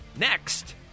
next